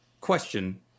Question